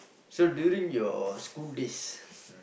so during your school lists